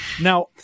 Now